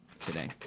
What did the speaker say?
today